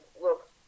look